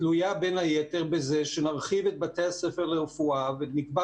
תלוי בין היתר בזה שנרחיב את בתי הספר לרפואה ונקבע